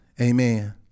amen